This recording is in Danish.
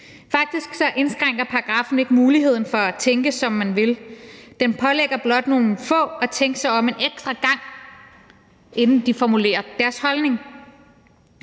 Faktisk indskrænker paragraffen ikke muligheden for at tænke, som man vil. Den pålægger blot nogle få at tænke sig om en ekstra gang, inden de formulerer deres holdning.